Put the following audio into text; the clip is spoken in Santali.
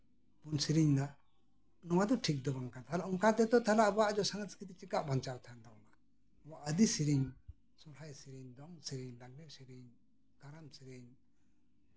ᱵᱚᱱ ᱥᱮᱨᱮᱧ ᱮᱫᱟ ᱱᱚᱶᱟ ᱫᱚ ᱴᱷᱤᱠ ᱫᱚ ᱵᱟᱝ ᱠᱟᱱᱟ ᱚᱱᱠᱟᱛᱮᱫᱚ ᱟᱵᱚᱣᱟᱜ ᱥᱚᱝᱥᱠᱤᱨᱤᱛᱤ ᱪᱤᱠᱟ ᱵᱟᱧᱪᱟᱣ ᱛᱟᱸᱦᱮᱱᱟ ᱟᱵᱚᱣᱟᱜ ᱟᱹᱫᱤ ᱥᱮᱨᱮᱧ ᱫᱚᱝ ᱥᱮᱨᱮᱧ ᱞᱟᱜᱽᱲᱮ ᱥᱮᱨᱮᱧ ᱠᱟᱨᱟᱢ ᱥᱮᱨᱮᱧ